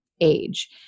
age